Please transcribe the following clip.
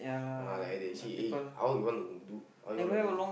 uh like they say eh how you wanna do how you wanna do